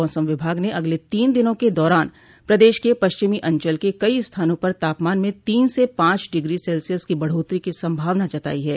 मौसम विभाग ने अगले तीन दिनों के दौरान प्रदेश के पश्चिमी अंचल के कई स्थानों पर तापमान में तीन से पांच डिग्री सेल्सियस की बढ़ोत्तरी की संभावना जताई है